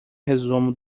resumo